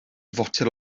fotel